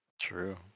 True